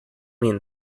mean